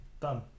Done